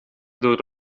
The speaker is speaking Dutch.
door